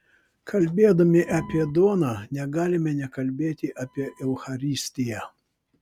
kalbėdami apie duoną negalime nekalbėti apie eucharistiją